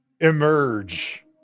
emerge